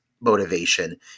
motivation